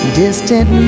distant